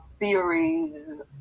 theories